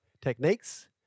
techniques